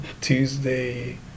Tuesday